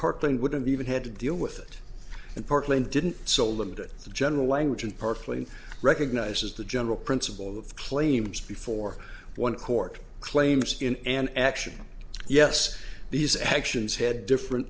parking would have even had to deal with it and portland didn't so limited the general language and perfectly recognizes the general principle of claims before one court claims in an action yes these actions had different